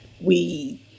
we-